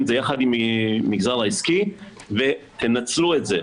אותו יחד עם המגזר העסקי ותנצלו את זה.